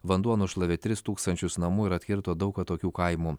vanduo nušlavė tris tūkstančius namų ir atkirto daug atokių kaimų